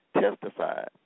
testified